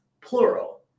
plural